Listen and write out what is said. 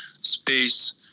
space